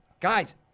Guys